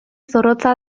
zorrotza